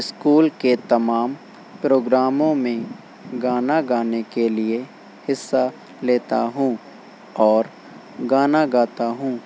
school کے تمام پروگراموں میں گانا گانے کے لیے حصہ لیتا ہوں اور گانا گاتا ہوں